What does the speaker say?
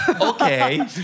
Okay